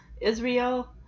Israel